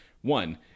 One